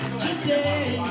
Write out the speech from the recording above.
today